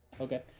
Okay